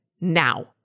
now